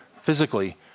physically